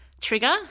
trigger